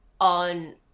on